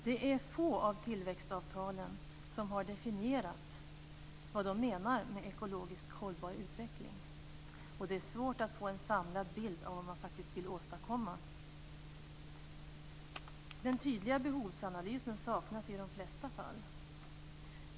Det är i få av tillväxtavtalen som det finns definierat vad som menas med ekologiskt hållbar utveckling. Det är svårt att få en samlad bild av vad man vill åstadkomma. Den tydliga behovsanalysen saknas i de flesta fall.